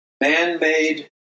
man-made